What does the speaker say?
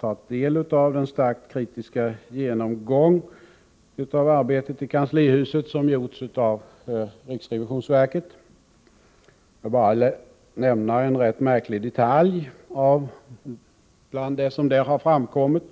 tagit del av den starkt kritiska genomgång av arbetet i kanslihuset som gjorts av riksrevisionsverket. Jag vill nämna en rätt märklig detalj bland det som därvid framkommit.